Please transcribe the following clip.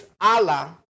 allah